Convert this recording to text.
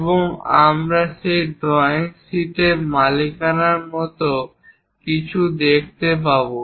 এবং আমরা সেই ড্রয়িং শিটের মালিকানার মতো কিছু দেখতে পাব